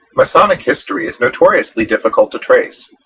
masonic history is notoriously difficult to trace.